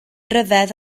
ryfedd